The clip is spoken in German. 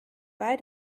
bei